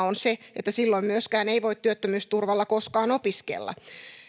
on se että silloin myöskään ei voi työttömyysturvalla koskaan opiskella